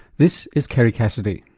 this is kerri cassidy.